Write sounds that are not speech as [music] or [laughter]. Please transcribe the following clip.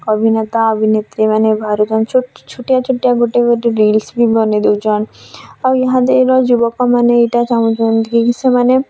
ଅଭିନେତା ଅଭିନେତ୍ରୀମାନେ ବାହାରୁ [unintelligible] ଛୋଟିଆ ଛୋଟିଆ ଗୁଟେ ଗୁଟେ ରିଲସ୍ ବି ବନେଇ ଦଉଛନ୍ ଆଉ ଇହା ଦେ ଇନ ଯୁବକମାନେ ଏଟା ଚାଁହୁଛନ୍ କି ସେମାନେ